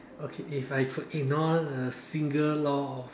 okay if I could ignore a single law of